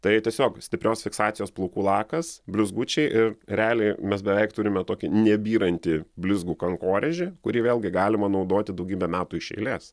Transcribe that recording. tai tiesiog stiprios fiksacijos plaukų lakas blizgučiai ir realiai mes beveik turime tokį nebyrantį blizgų kankorėžį kurį vėlgi galima naudoti daugybę metų iš eilės